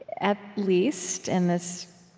at least, and this